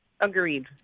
Agreed